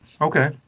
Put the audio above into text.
Okay